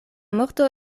morto